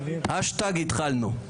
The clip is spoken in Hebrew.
האשטאג התחלנו.